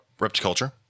Repticulture